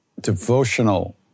devotional